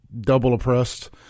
double-oppressed